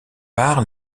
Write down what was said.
par